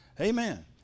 Amen